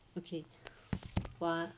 okay one